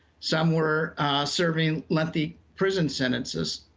some were serving lengthy prison sentences.